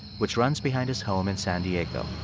which runs behind his home in san diego.